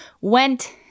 went